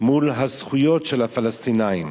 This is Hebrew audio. מול הזכויות של הפלסטינים.